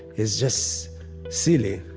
is just silly,